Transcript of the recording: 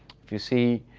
if you see,